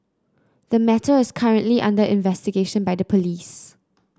the matter is currently under investigation by the police